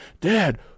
Dad